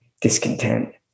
discontent